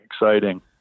Exciting